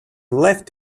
left